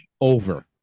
over